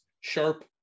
sharp